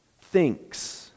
thinks